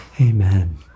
Amen